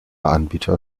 anbieter